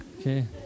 Okay